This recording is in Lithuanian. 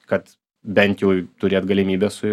kad bent jau turėt galimybę su